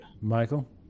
Michael